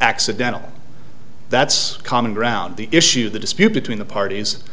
accidental that's common ground the issue the dispute between the parties